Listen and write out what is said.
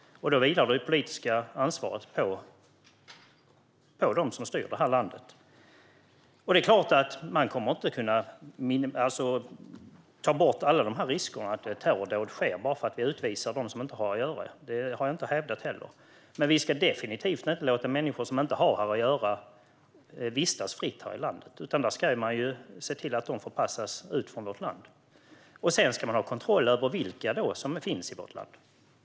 Då vilar det politiska ansvaret på dem som styr detta land. Det är klart att man inte kommer att kunna ta bort alla risker för att terrordåd sker bara för att man utvisar dem som inte har här att göra. Det har jag inte heller hävdat. Men man ska definitivt inte låta människor som inte har här att göra vistas fritt här i landet, utan man ska se till att de förpassas ut från vårt land. Man ska ha kontroll över vilka som befinner sig i vårt land.